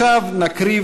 לשווא נקריב